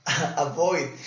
avoid